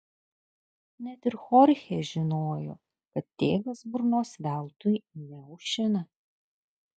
net ir chorchė žinojo kad tėvas burnos veltui neaušina